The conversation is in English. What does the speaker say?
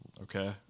Okay